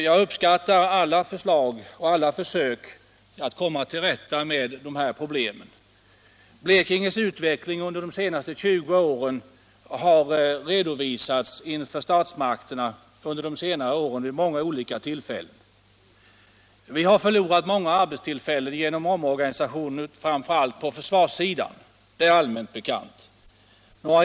Jag uppskattar alla förslag och alla försök att komma till rätta med problemen. Blekinges utveckling under de senaste 20 åren har redovisats inför statsmakterna under senare år vid många olika tillfällen. Vi har förlorat många arbetstillfällen genom omorganisationer, framför allt på försvarssidan — det är allmänt bekant.